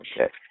Okay